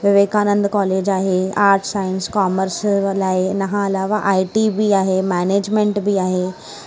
Vivekananda college आहे art science commerce व लाइ इनजे अलावा आय टी बि आहे मॅनेजमेंट बि आहे